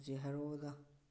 ꯍꯨꯖꯤꯛ ꯍꯥꯏꯔꯛꯑꯣꯗ